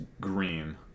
green